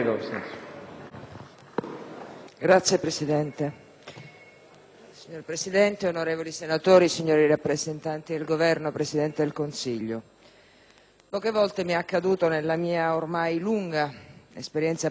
Signor Presidente, onorevoli senatori, signori rappresentanti del Governo, Presidente del Consiglio, poche volte mi è accaduto nella mia ormai lunga esperienza parlamentare di avvertire così forte la responsabilità di un voto.